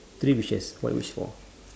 three wishes what would you wish for